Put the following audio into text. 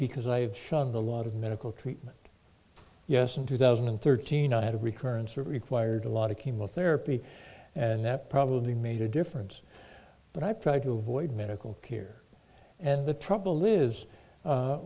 because i have shunned a lot of medical treatment yes in two thousand and thirteen i had a recurrence or required a lot of chemotherapy and that probably made a difference but i've tried to avoid medical care and the trouble is